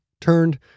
turned